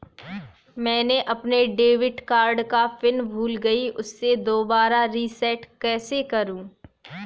मैंने अपने debit card का पिन भूल गई, उसे दोबारा रीसेट कैसे करूँ?